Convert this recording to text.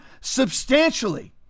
substantially